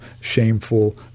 shameful